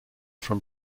from